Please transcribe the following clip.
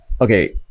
okay